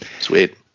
Sweet